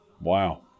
Wow